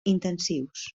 intensius